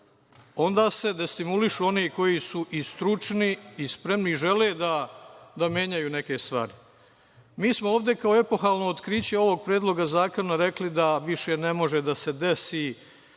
Onda se destimulišu oni koji su i stručni i spremni i žele da menjaju neke stvari. Mi smo ovde kao epohalno otkriće ovog Predloga zakona rekli da više ne može da se desi